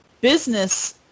business